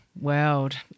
world